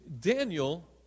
Daniel